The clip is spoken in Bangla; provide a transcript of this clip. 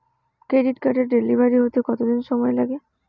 ক্রেডিট কার্ডের ডেলিভারি হতে কতদিন সময় লাগে?